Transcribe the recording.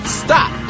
stop